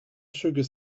sugar